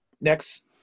next